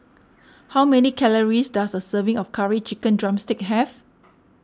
how many calories does a serving of Curry Chicken Drumstick have